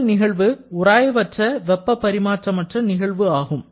முதல் நிகழ்வு உராய்வற்ற வெப்பப் பரிமாற்றமற்ற நிகழ்வு ஆகும்